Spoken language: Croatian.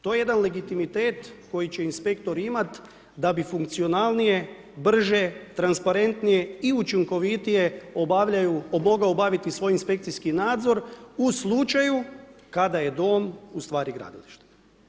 To je jedan legitimitet koji će inspektor imati da bi funkcionalnije, brže, transparentnije i učinkovitije mogao obaviti svoj inspekcijski nadzor u slučaju kada je dom u stvari gradilište.